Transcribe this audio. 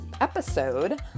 episode